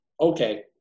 Okay